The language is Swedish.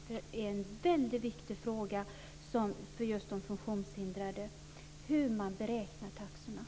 Hur man beräknar taxorna är nämligen en väldigt viktig fråga för de funktionshindrade.